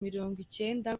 mirongwicyenda